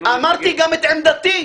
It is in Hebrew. אמרתי גם את עמדתי.